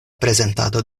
prezentado